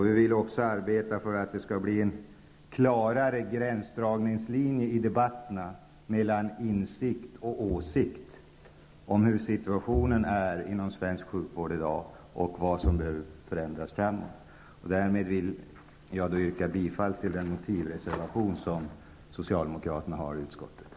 Vi vill också arbeta för att det skall bli en klarare gränsdragning i debatterna mellan insikt i och åsikt om hur situationen är inom svensk sjukvård i dag och vad som behöver förändras framöver. Därmed vill jag yrka bifall till socialdemokraternas motivreservation.